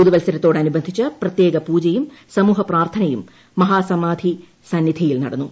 പുതുവത്സരത്തോട് അനുബന്ധിച്ച് പ്രത്യേക പൂജയും സമൂഹപ്രാർത്ഥനയും മഹാസമാധി സന്നിധിയിൽ നടന്നു